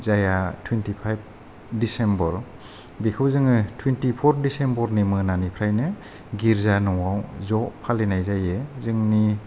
जायहा twenty five December बेखौ जोङो टुइनटिफर दिसेम्बर निफ्राइनो गिर्जा न'आव ज' फालिनाय जायो जोंनि